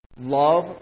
Love